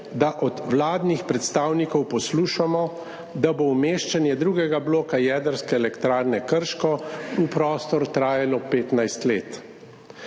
da od vladnih predstavnikov poslušamo, da bo umeščanje drugega bloka Jedrske elektrarne Krško v prostor trajalo 15 let?